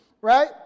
Right